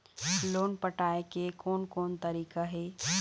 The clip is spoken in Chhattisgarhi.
लोन पटाए के कोन कोन तरीका हे?